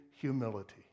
humility